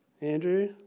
Andrew